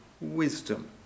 Wisdom